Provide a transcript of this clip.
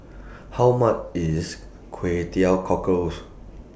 How much IS Kway Teow Cockles